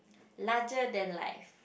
larger than life